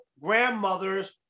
grandmother's